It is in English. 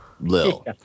Lil